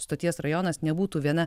stoties rajonas nebūtų viena